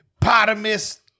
Potamus